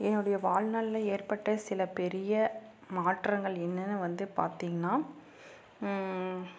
என்னுடைய வாழ்நாளில் ஏற்பட்ட சில பெரிய மாற்றங்கள் என்னென்னு வந்து பார்த்திங்கனா